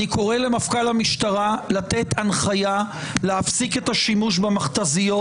אני קורא למפכ"ל המשטרה לתת הנחיה להפסיק את השימוש במכת"זיות